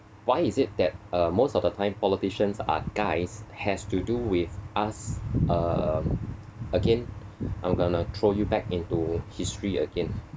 why is it that uh most of the time politicians are guys has to do with us uh again I'm gonna throw you back into history again